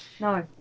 No